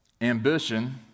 ambition